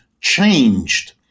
changed